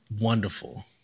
wonderful